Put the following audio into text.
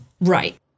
Right